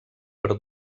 per